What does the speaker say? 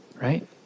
Right